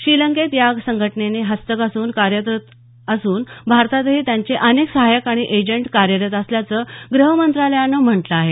श्रीलंकेत या संघटनेचे हस्तक अजूनही कार्यरत असून भारतातही त्यांचे अनेक सहायक आणि एजेंट कार्यरत असल्याचं गृह मंत्रालयानं म्हटलं आहे